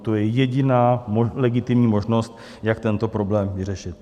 To je jediná legitimní možnost, jak tento problém vyřešit.